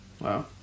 Wow